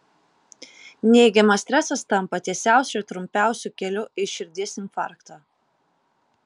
neigiamas stresas tampa tiesiausiu ir trumpiausiu keliu į širdies infarktą